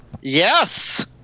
yes